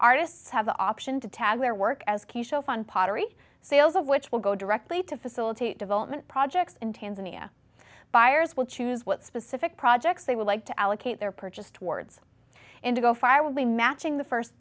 artists have the option to tag their work as key show fun pottery sales of which will go directly to facilitate development projects in tanzania buyers will choose what specific projects they would like to allocate their purchase towards indigo fire will be matching the